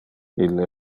ille